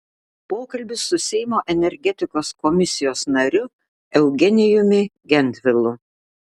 pokalbis su seimo energetikos komisijos nariu eugenijumi gentvilu